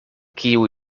kiu